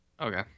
Okay